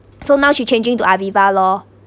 so now she changing to Aviva lor